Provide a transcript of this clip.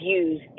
use